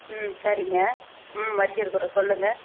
ம் சரிங்க ம் வச்சுருக்குறோம் சொல்லுங்கள்